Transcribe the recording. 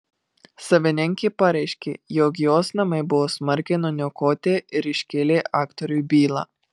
savininkė pareiškė jog jos namai buvo smarkiai nuniokoti ir iškėlė aktoriui bylą